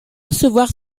recevoir